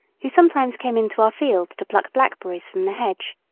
who sometimes came into our field to pluck blackberries from the hedge.